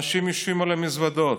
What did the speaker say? אנשים יושבים על מזוודות.